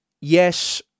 Yes